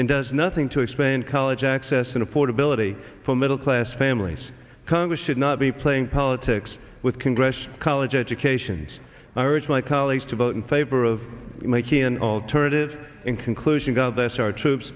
and does nothing to explain college access and affordability for middle class families congress should not be playing politics with congressional college educations i urge my colleagues to vote in favor of making an alternative in conclusion god bless our troops